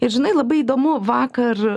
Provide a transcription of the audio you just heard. ir žinai labai įdomu vakar